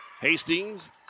Hastings